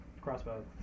Crossbow